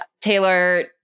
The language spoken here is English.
Taylor